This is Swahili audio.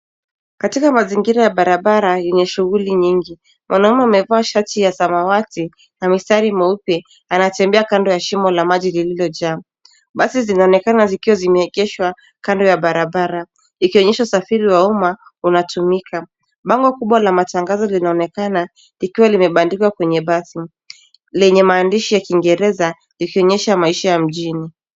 Katika mazingira ya barabara yenye shughuli nyingi. Mwanaume amevaa shati ya samawati, na mistari meupe, anatembea kando ya shimo la maji lililojaa. Basi zinaonekana zikiwa zimeegeshwa, kando ya barabara. Ikionyesha usafiri wa umma, unatumika. Bango kubwa la matangazo linaonekana, likiwa limebandikwa kwenye basi. Lenye maandishi ya kiingereza, ikionyesha maisha ya mjini.